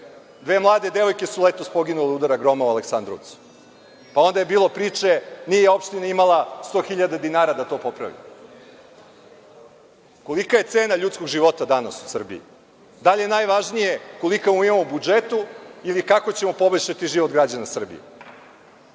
Dve mlade devojke su letos poginule od udara groma u Aleksandrovcu. Onda je bilo priče da opština nije imala 100 hiljada dinara da se to popravi. Kolika je cena ljudskog života danas u Srbiji? Da li je najvažnije koliko mi imamo u budžetu, ili kako ćemo poboljšati život građana Srbije? Ja